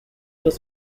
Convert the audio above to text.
was